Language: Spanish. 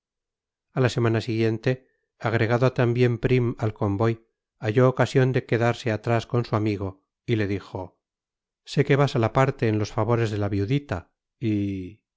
a la semana siguiente agregado también prim al convoy halló ocasión de quedarse atrás con su amigo y le dijo sé que vas a la parte en los favores de la viudita y